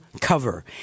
cover